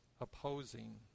opposing